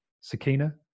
Sakina